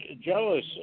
jealous